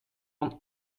van